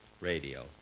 radio